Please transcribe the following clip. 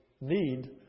need